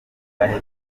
kanwa